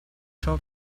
ciò